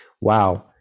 wow